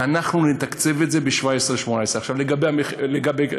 ואנחנו נתקצב את זה ב-17' 18'. עכשיו לגבי זה,